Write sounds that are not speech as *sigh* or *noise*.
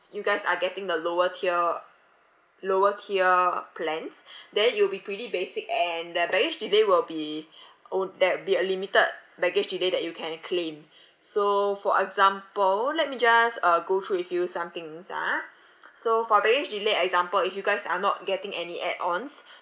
you guys are getting the lower tier lower tier plans then it will be pretty basic and the baggage delay will be ode that will be a limited baggage delay that you can claim so for example let me just uh go through with you some things ah *noise* so for baggage delay example if you guys are not getting any add ons